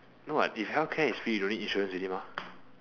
no what if healthcare is free don't need insurance already mah